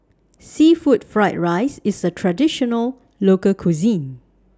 Seafood Fried Rice IS A Traditional Local Cuisine